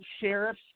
sheriff